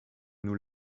nous